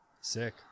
sick